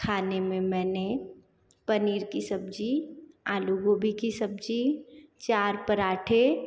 खाने में मैंने पनीर की सब्जी आलू गोभी की सब्जी चार पराठे